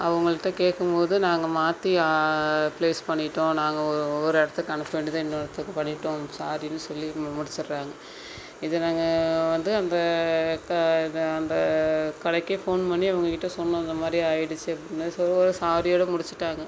அவங்கள்ட கேட்கும் போது நாங்கள் மாற்றி ப்ளேஸ் பண்ணிட்டோம் நாங்கள் ஒரு ஒரு இடத்துக்கு அனுப்ப வேண்டியதை இன்னொருத்தருக்கு பண்ணிட்டோம் சாரின்னு சொல்லி மு முடிச்சிடுறாங்க இதை நாங்கள் வந்து அந்த க இதை அந்த கடைக்கே ஃபோன் பண்ணி அவங்கக்கிட்ட சொன்னோம் இந்த மாதிரி ஆகிடுச்சி அப்படின்னு சொல்லக்குள்ளே சாரியோடயா முடிச்சிட்டாங்க